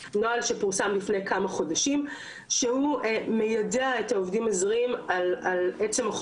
שהוא מידע את העובדים הזרים על עצם החובה שלהם להסדיר את המעמד שלהם,